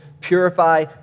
purify